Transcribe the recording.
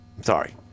sorry